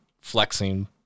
flexing